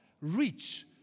reach